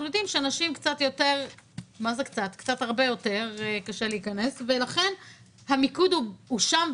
יודעים שלנשים הרבה יותר קשה להיכנס ו לכן המיקוד הוא שם,